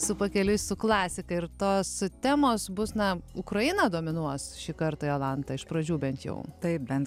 su pakeliui su klasika ir tos temos bus na ukraina dominuos šį kartą jolanta iš pradžių bent jau tai bent